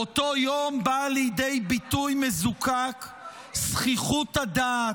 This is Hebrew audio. באותו יום באו לידי ביטוי מזוקק זחיחות הדעת,